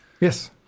yes